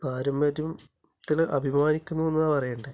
പാരമ്പര്യത്തിൽ അഭിമാനിക്കുന്നു എന്നാണ് പറയണ്ടത്